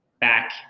back